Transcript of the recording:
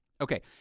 Okay